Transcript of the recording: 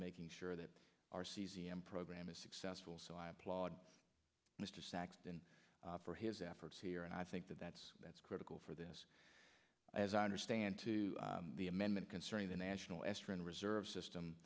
making sure that our cesium program is successful so i applaud mr saxton for his efforts here and i think that that's that's critical for this as i understand to the amendment concerning the national estrin reserve system